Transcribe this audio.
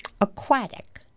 Aquatic